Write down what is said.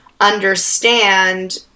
understand